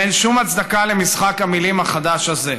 ואין שום הצדקה למשחק המילים החדש הזה.